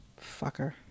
Fucker